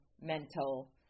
mental